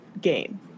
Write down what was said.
game